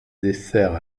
dessert